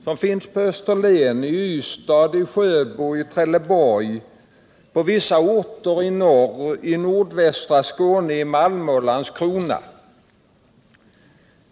De finns på Österlen, i Ystad, i Sjöbo, i Trelleborg, på vissa orter i norra och nordöstra Skåne, i Malmö och i Landskrona.